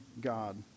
God